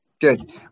Good